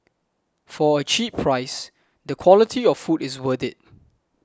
for a cheap price the quality of food is worth it